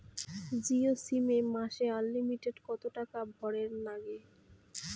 Jio sim এ মাসে unlimited কত টাকা ভরের নাগে?